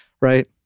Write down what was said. right